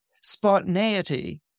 spontaneity